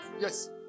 yes